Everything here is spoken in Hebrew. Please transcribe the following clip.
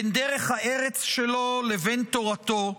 בין דרך הארץ שלו לבין תורתו,